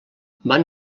van